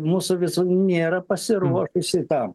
mūsų visų nėra pasiruošusi tam